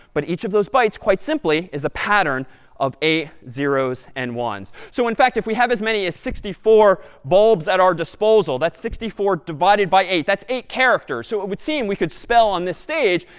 but each of those bytes, quite simply, is a pattern of eight zeros and ones. so, in fact, if we have as many as sixty four bulbs at our disposal, that's sixty four divided by eight. that's eight characters. so it would seem we could spell on this stage,